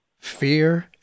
fear